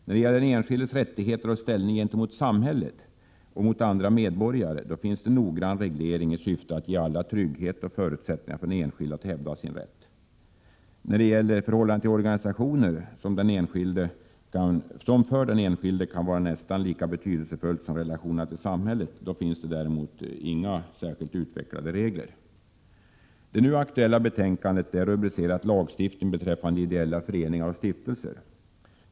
När det gäller den enskildes rättigheter och ställning gentemot samhälletoch Prot.1987/88:94 mot andra medborgare finns en noggrann reglering i syfte att ge alla trygghet 6 april 1988 och förutsättningar för den enskilde att hävda sin rätt. När det gäller Lagstiftning Seträffön förhållandet till organisationer; som för den enskilde kan vara nästan lika z ra ; k w de ideella föreningar betydelsefullt som relationerna till samhället, finns det däremot inte några Zz och stiftelser särskilt utvecklade regler. Det nu aktuella betänkandet är rubricerat Lagstiftning beträffande ideella föreningar och stiftelser.